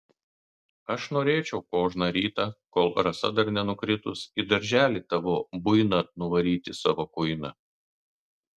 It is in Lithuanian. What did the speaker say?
aš norėčiau kožną rytą kol rasa dar nenukritus į darželį tavo buiną nuvaryti savo kuiną